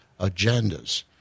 agendas